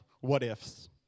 what-ifs